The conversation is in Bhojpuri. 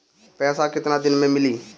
पैसा केतना दिन में मिली?